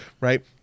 right